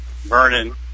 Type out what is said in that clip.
Vernon